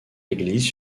églises